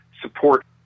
support